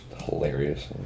hilarious